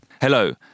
Hello